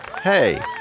hey